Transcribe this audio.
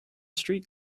street